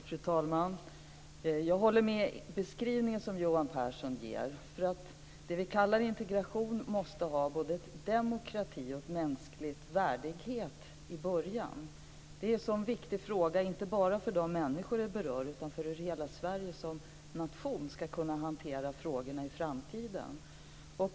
Fru talman! Jag instämmer i den beskrivning som Johan Pehrson ger, därför att det vi kallar för integration måste innehålla både demokrati och mänsklig värdighet från början. Det är en så viktig fråga, inte bara för de människor som berörs utan för hur hela Sverige som nation ska kunna hantera detta i framtiden.